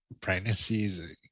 pregnancies